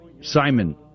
Simon